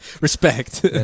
Respect